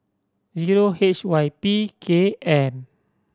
zero H Y P K M